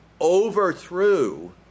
overthrew